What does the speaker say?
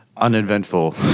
Uneventful